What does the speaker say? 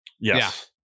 Yes